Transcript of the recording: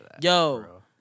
yo